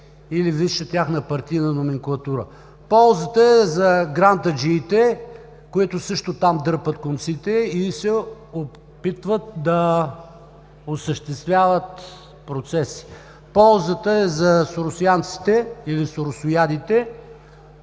или висша тяхна партийна номенклатура. Ползата е за грантаджиите, които също там дърпат конците и се опитват да осъществяват процеси. Ползата е за соросоянците, или соросоядите,